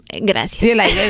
Gracias